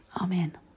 Amen